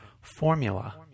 formula